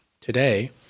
Today